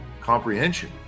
comprehension